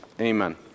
Amen